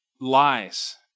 lies